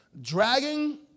Dragging